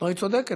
היא צודקת,